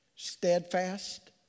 Steadfast